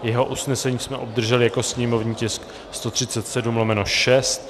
Jeho usnesení jsme obdrželi jako sněmovní tisk 137/6.